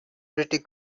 pretty